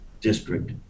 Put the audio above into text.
district